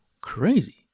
Crazy